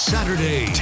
Saturday